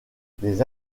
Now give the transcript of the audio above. des